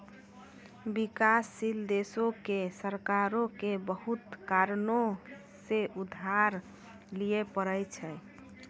विकासशील देशो के सरकारो के बहुते कारणो से उधार लिये पढ़ै छै